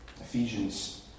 Ephesians